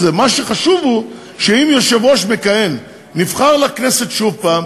מה שחשוב הוא שאם יושב-ראש מכהן נבחר לכנסת שוב פעם,